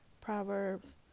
Proverbs